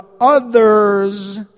others